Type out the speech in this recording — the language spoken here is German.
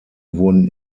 wurden